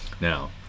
Now